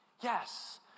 Yes